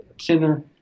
center